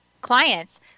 clients